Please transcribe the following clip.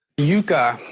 yuca